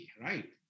right